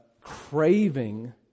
Craving